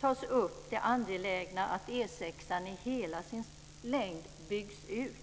tas upp det angelägna i att E 6:an i hela sin längd byggs ut.